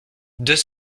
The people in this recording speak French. deux